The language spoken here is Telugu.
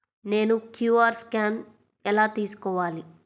నేను క్యూ.అర్ స్కాన్ ఎలా తీసుకోవాలి?